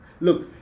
look